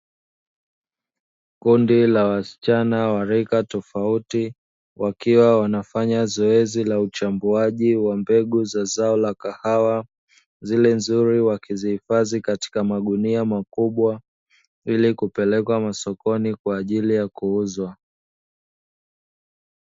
Kundi la wasichana wa rika tofauti wakiwa wnafanya zoezi la uchambuaji wa zao la kahawa, zile nzuri wakizihifadhi katika magunia makubwa ili kipelekwa masokoni kwa ajili ya kuuzwa.